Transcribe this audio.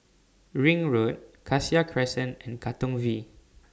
Ring Road Cassia Crescent and Katong V